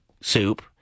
soup